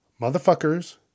Motherfuckers